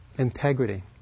integrity